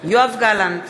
יואב גלנט,